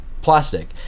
plastic